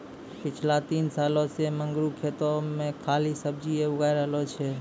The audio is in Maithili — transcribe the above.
पिछला तीन सालों सॅ मंगरू खेतो मॅ खाली सब्जीए उगाय रहलो छै